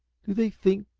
do they think,